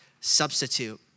substitute